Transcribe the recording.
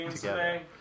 today